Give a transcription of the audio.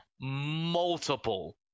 multiple